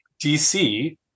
DC